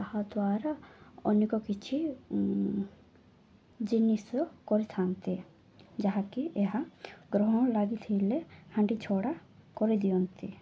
ତାହାଦ୍ୱାରା ଅନେକ କିଛି ଜିନିଷ କରିଥାନ୍ତି ଯାହାକି ଏହା ଗ୍ରହଣ ଲାଗିଥିଲେ ହାଣ୍ଡି ଛଡ଼ା କରିଦିଅନ୍ତି